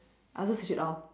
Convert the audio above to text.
I also switch it off